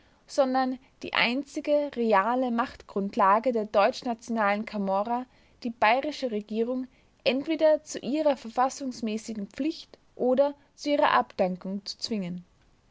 sondern die einzige reale machtgrundlage der deutschnationalen kamorra die bayerische regierung entweder zu ihrer verfassungsmäßigen pflicht oder zu ihrer abdankung zu zwingen